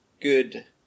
good